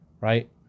Right